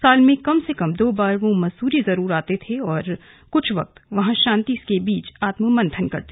साल में कम से कम दो बार वे मसूरी जरूर आते और कुछ वक्त यहां शांति के बीच आत्ममंथन करते